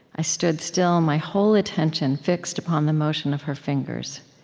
i stood still, my whole attention fixed upon the motion of her fingers.